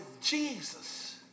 Jesus